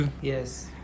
Yes